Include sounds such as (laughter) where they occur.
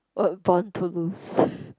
(noise) born to lose (breath)